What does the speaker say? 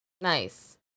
Nice